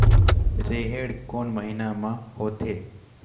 रेहेण कोन महीना म होथे?